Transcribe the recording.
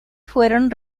fueron